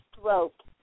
throat